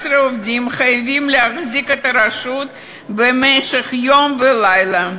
17 עובדים חייבים להחזיק את הרשות יום ולילה.